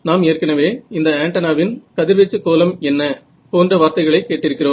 நாம் ஏற்கனவே இந்த ஆன்டென்னாவின் கதிர்வீச்சு கோலம் என்ன போன்ற வார்த்தைகளை கேட்டிருக்கிறோம்